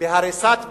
בהריסת בתים,